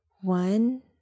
one